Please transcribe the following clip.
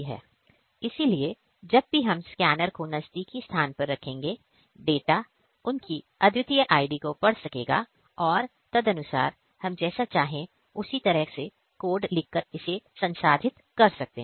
इसलिए जब भी हम स्कैनर को नज़दीकी स्थान पर रखेंगे डेटा उनकी अद्वितीय ID को पढ़ा जाएगा और तदनुसार हम जैसा चाहें उसी तरह से कोड लिखकर इसे संसाधित कर सकते हैं